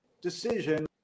decision